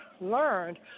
learned